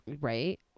right